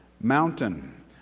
mountain